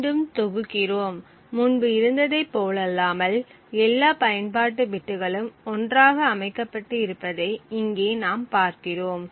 மீண்டும் தொகுக்கிறோம் முன்பு இருந்ததைப் போலல்லாமல் எல்லா பயன்பாட்டு பிட்களும் 1 ஆக அமைக்கப்பட்டு இருப்பதை இங்கே நாம் பார்க்கிறோம்